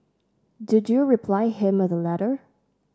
did you reply him with a letter